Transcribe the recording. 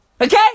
Okay